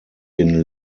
den